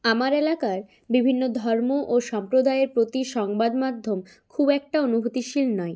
আমার এলাকার বিভিন্ন ধর্ম ও সম্প্রদায়ের প্রতি সংবাদমাধ্যম খুব একটা অনুভূতিশীল নয়